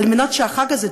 על מנת שהחג הזה,